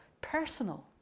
personal